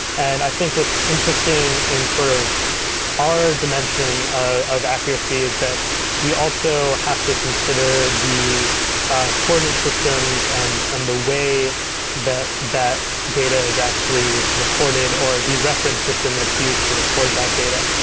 and i think what's interesting in sort of our dimension of accuracy is that we also have to consider the ah coordinate systems and and the way that that data is actually recorded or the reference system that's used to record that data.